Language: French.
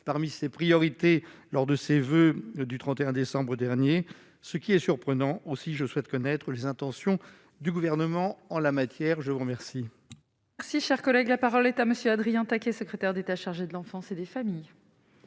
parmi ses priorités lors de ses voeux du 31 décembre dernier ce qui est surprenant, aussi je souhaite connaître les intentions du gouvernement en la matière, je vous remercie.